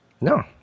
No